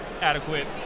adequate